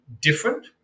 different